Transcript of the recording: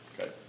Okay